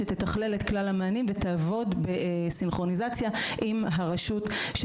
שתתכלל את כלל המענים ותעבוד בסינכרוניזציה עם הרשות.